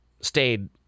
stayed